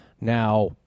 now